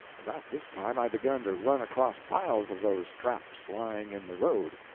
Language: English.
about this time i begun to run across piles of those traps, lying in the road.